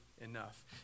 enough